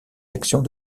actions